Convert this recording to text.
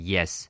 Yes